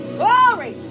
glory